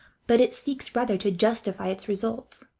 but it seeks rather to justify its results.